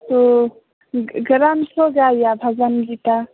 तो ग्रंथ से हो जाएगा भजन गीता